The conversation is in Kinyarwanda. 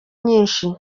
nyinshi